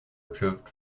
approved